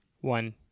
One